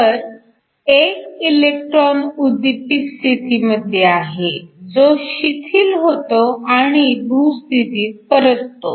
तर एक इलेक्ट्रॉन उद्दीपित स्थितीमध्ये आहे जो शिथिल होतो आणि भू स्थितीत परततो